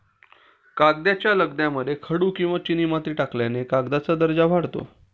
कागदाच्या लगद्यामध्ये खडू किंवा चिनीमाती टाकल्याने कागदाचा दर्जा वाढतो